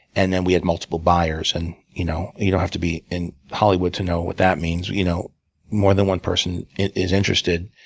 and then we had multiple buyers, and you know you don't have to be in hollywood to know what that means. you know more than one person is interested,